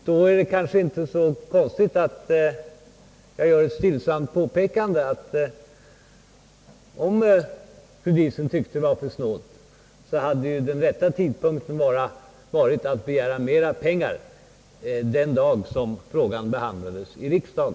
Då är det kanske inte så konstigt att jag gör ett stillsamt påpekande, att om fru Diesen tyckte att det var för snålt, hade den rätta tidpunkten att begära pengar varit den dag då frågan behandlades i riksdagen.